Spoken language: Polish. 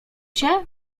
się